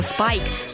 Spike